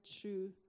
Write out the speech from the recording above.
true